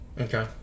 Okay